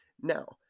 Now